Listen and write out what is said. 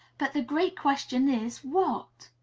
but the great question is what?